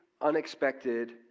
unexpected